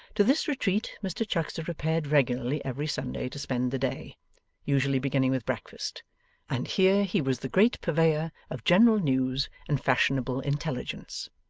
to this retreat mr chuckster repaired regularly every sunday to spend the day usually beginning with breakfast and here he was the great purveyor of general news and fashionable intelligence.